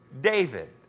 David